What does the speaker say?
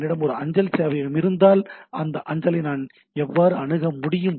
என்னிடம் ஒரு அஞ்சல் சேவையகம் இருந்தால் அந்த அஞ்சலை நான் எவ்வாறு அணுக முடியும்